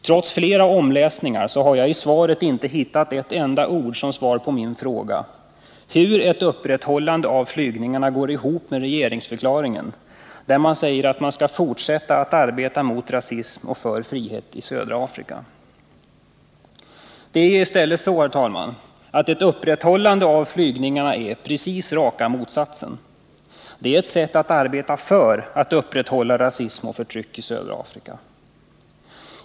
Om åtgärder för Trots att jag läst om svaret flera gånger har jag inte hittat ett enda ord som = att stoppa SAS svar på min fråga om hur ett upprätthållande av flygningarna går ihop med flygningar på Sydregeringsförklaringen, där det sägs att man skall fortsätta att arbeta mot — afrika, m.m. rasism och för frihet i södra Afrika. I stället är det så, herr talman, att ett upprätthållande av flygningarna är precis raka motsatsen. Det är att arbeta för ett upprätthållande av rasism och förtryck i södra Afrika.